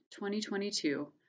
2022